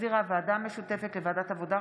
שהחזירה הוועדה המשותפת לוועדת העבודה,